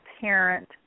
parent